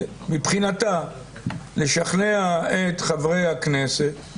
מבחינתה, לשכנע את חברי הכנסת,